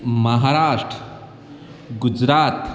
Maharashtra Gujarat